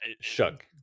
Shug